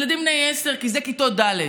ילדים בני 10, כי אלה כיתות ד'.